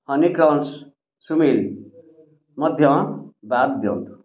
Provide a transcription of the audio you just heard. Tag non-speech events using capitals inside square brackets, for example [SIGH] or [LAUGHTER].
honey crunch [UNINTELLIGIBLE] ମଧ୍ୟ ବାଦ୍ ଦିଅନ୍ତୁ